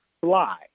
fly